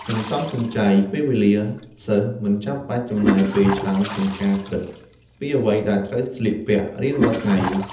សន្សំសំចៃពេលវេលា សិស្សមិនចាំបាច់ចំណាយពេលច្រើនក្នុងការគិតពីអ្វីដែលត្រូវស្លៀកពាក់រៀងរាល់ថ្ងៃ។